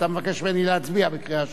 אתה מבקש ממני להצביע בקריאה שלישית.